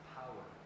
power